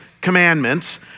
commandments